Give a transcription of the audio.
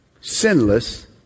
sinless